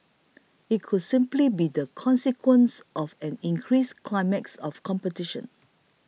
it could simply be the consequence of an increased climate of competition